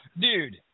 dude